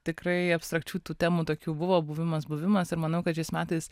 tikrai abstrakčių tų temų tokių buvo buvimas buvimas ir manau kad šiais metais